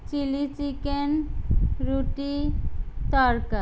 chilli chicken রুটি তরকা